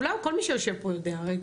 כל מי שיושב פה יודע הרי.